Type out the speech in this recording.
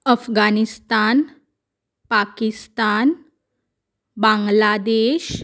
Afghanistan Pakistan Bangladesh